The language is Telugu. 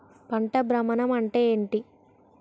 పంట భ్రమణం అంటే ఏంటి?